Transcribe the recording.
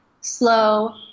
slow